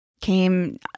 came